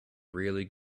really